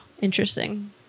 interesting